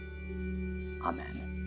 Amen